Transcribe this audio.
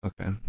okay